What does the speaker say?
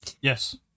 yes